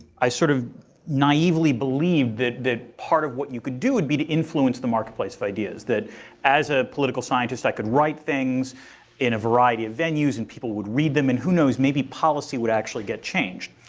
i sort of naively believed that part of what you could do would be to influence the marketplace of ideas. that as a political scientist i could write things in a variety of venues and people would read them. and who knows, maybe policy would actually get changed.